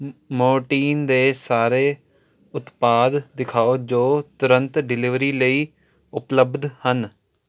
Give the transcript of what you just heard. Mortein ਦੇ ਸਾਰੇ ਉਤਪਾਦ ਦਿਖਾਓ ਜੋ ਤੁਰੰਤ ਡਿਲੀਵਰੀ ਲਈ ਉਪਲਬਧ ਹਨ